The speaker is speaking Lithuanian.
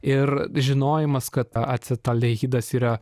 ir žinojimas kad acetaldehidas yra